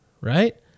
right